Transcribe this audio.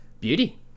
Beauty